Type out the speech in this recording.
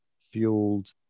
fueled